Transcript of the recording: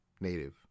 native